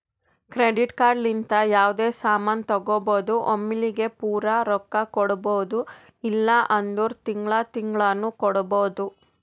credit card ಲಿಂತ ಯಾವ್ದೇ ಸಾಮಾನ್ ತಗೋಬೋದು ಒಮ್ಲಿಗೆ ಪೂರಾ ರೊಕ್ಕಾ ಕೊಡ್ಬೋದು ಇಲ್ಲ ಅಂದುರ್ ತಿಂಗಳಾ ತಿಂಗಳಾನು ಕೊಡ್ಬೋದು